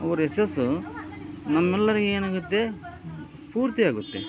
ಅವ್ರ ಯಶಸ್ಸು ನಮ್ಮೆಲ್ಲರಿಗೇನಾಗುತ್ತೆ ಸ್ಫೂರ್ತಿಯಾಗುತ್ತೆ